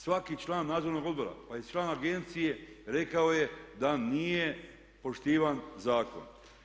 Svaki član nadzornog odbora pa i član agencije rekao je da nije poštivan zakon.